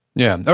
yeah, so